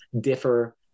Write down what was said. differ